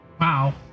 Wow